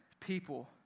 people